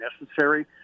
necessary